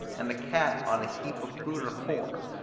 and a cat on a heap of fruit or corn,